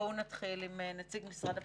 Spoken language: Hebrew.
בואו נתחיל עם נציג משרד הביטחון.